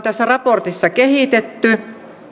tässä raportissa kehitetty